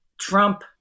trump